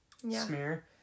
smear